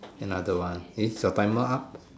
another one eh is your timer up